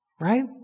right